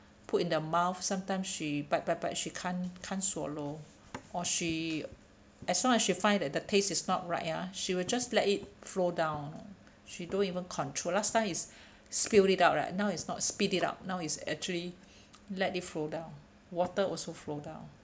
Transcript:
put in the mouth sometime she bite bite bite she can't can't swallow or she as long as she find that the taste is not right ah she will just let it flow down she don't even control last time is spilled it out right now is not spit it up now is actually let it flow down water also flow down